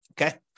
Okay